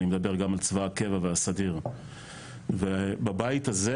אני מדבר גם על צבא הקבע והסדיר ובבית הזה